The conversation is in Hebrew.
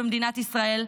במדינת ישראל,